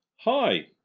Hi